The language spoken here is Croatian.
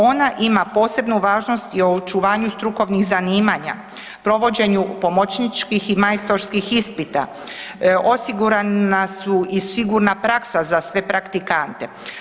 Ona ima posebnu važnost i u očuvanju strukovnih zanimanja, provođenju pomoćničkih i majstorskih ispita, osigurana su i sigurna praksa za sve praktikante.